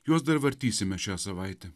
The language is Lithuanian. juos dar vartysime šią savaitę